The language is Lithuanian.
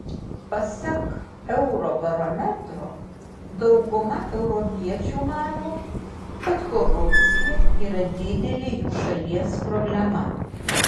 pasak eurobarometro dauguma europiečių mano kad korupcija yra didelė jų šalies problema